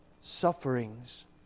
sufferings